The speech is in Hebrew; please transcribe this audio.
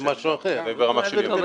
זה ברמה של ימים.